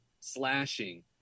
slashing